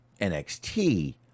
NXT